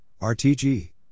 RTG